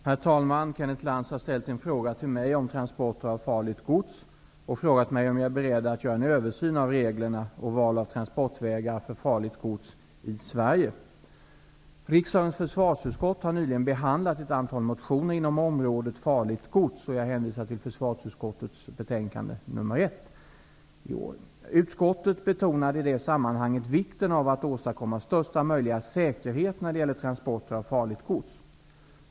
Herr talman! Kenneth Lantz har ställt en fråga till mig om transporter av farligt gods och frågat om jag är beredd att göra en översyn av reglerna och val av transportvägar för farligt gods i Sverige. Riksdagens försvarsutskott har nyligen behandlat ett antal motioner inom området Farligt gods . Utskottet betonade i det sammanhanget vikten av att åstadkomma största möjliga säkerhet när det gäller transporter av farligt gods.